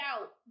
out